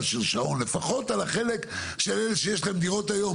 של שעון לפחות בחלק של אלה שכבר יש להם דירות היום.